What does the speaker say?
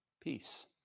Peace